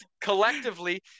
collectively